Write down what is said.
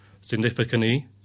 significantly